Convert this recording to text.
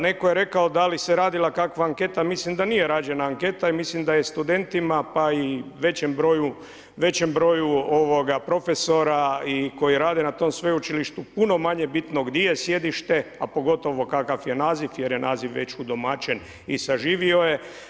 Netko je rekao da li se radila kakva anketa, mislim da nije rađena anketa i mislim da je studentima pa i većem broju profesora i koji rade na tom sveučilištu puno manje bitno gdi je sjedište, a pogotovo kakav je naziv jer je naziv već udomaćen i saživio je.